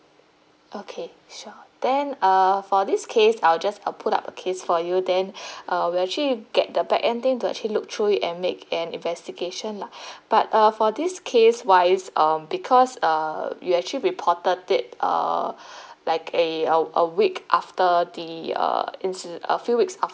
okay sure then uh for this case I'll just uh put up a case for you then uh we're actually get the back end team to actually look through it and make an investigation lah but uh for this case while is um because uh you actually reported it uh like a a a week after the uh incide~ a few weeks